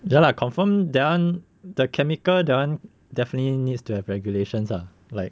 ya lah confirm that one the chemical that one definitely needs to have regulations ah like